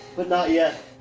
but not yet.